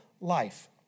life